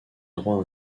droits